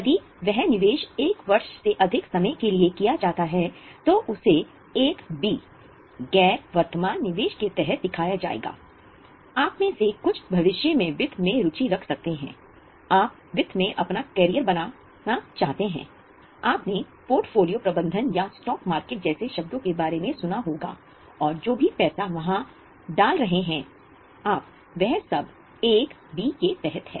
यदि वह निवेश 1 वर्ष से अधिक समय के लिए किया जाता है तो उसे 1 के तहत है